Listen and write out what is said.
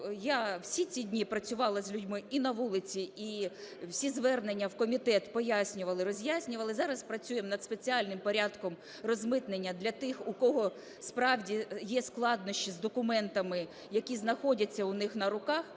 я всі ці дні працювала з людьми і на вулиці, і всі звернення в комітет пояснювали, роз'яснювали. Зараз працюємо над спеціальним порядком розмитнення для тих, у кого справді є складнощі з документами, які знаходяться у них на руках.